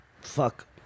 fuck